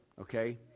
okay